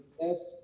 best